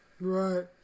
Right